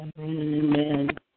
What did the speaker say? Amen